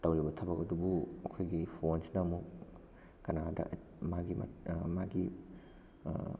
ꯇꯧꯔꯤꯕ ꯊꯕꯛ ꯑꯗꯨꯕꯨ ꯃꯈꯣꯏꯒꯤ ꯐꯣꯟꯁꯤꯅ ꯑꯃꯨꯛ ꯀꯅꯥꯗ ꯃꯥꯒꯤ ꯃꯥꯒꯤ